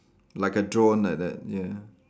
like a drone like that ya